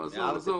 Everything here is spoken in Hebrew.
עזוב.